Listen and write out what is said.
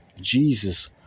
Jesus